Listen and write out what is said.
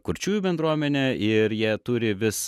kurčiųjų bendruomene ir jie turi vis